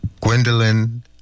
Gwendolyn